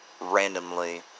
randomly